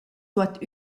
suot